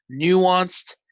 nuanced